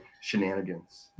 shenanigans